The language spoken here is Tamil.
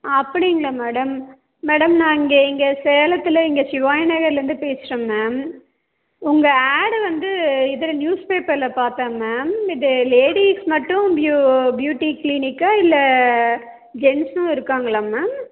அப்படிங்களா மேடம் மேடம் நான் இங்கே இங்கே சேலத்தில் இங்கே சிவாய நகரில் இருந்து பேசுகிறேன் மேம் உங்கள் ஆடை வந்து இதில் நியூஸ் பேப்பரில் பார்த்தேன் மேம் இது லேடீஸ் மட்டும் ப்யூ ப்யூட்டி க்ளீனிக்கா இல்லை ஜென்ஸும் இருக்காங்களா மேம்